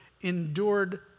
endured